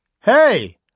hey